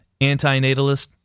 anti-natalist